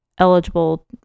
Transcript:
eligible